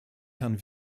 herrn